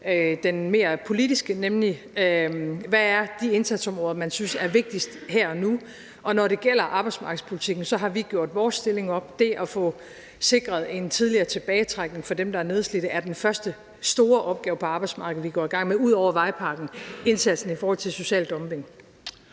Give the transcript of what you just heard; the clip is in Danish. den mere politiske del, der handler om, hvad for nogle indsatsområder man synes er vigtigst her og nu, og når det gælder arbejdsmarkedspolitikken, har vi gjort vores stilling op: Det at få sikret en tidligere tilbagetrækning for dem, der er nedslidte, er den første store opgave på arbejdsmarkedet, vi går i gang med – ud over vejpakken, altså indsatsen i forhold til social dumping.